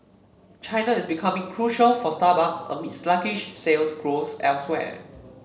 China is becoming crucial for Starbucks amid sluggish sales growth elsewhere